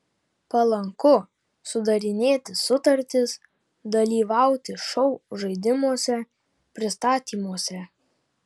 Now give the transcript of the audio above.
palanku sudarinėti sutartis dalyvauti šou žaidimuose pristatymuose